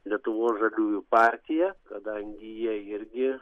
lietuvos žaliųjų partija kadangi jie irgi